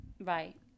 right